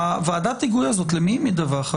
ועדת ההיגוי הזאת, למי היא מדווחת?